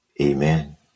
Amen